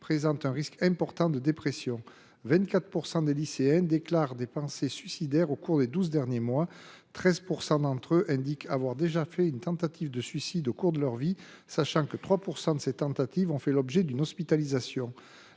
présentent un risque important de dépression ; 24 % des lycéens déclarent qu’ils ont eu des pensées suicidaires au cours des douze derniers mois ; 13 % d’entre eux indiquent avoir déjà fait une tentative de suicide au cours de leur vie, sachant que 3 % de ces tentatives ont entraîné une hospitalisation.